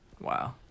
Wow